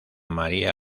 maría